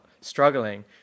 struggling